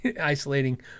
isolating